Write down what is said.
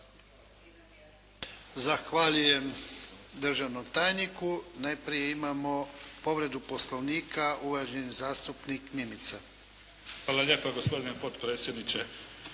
Zahvaljujem državnom tajniku. Najprije imamo povredu Poslovnika, uvaženi zastupnik Mimica. **Mimica, Neven